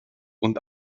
und